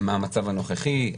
מה המצב הנוכחי,